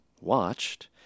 watched